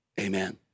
amen